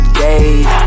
days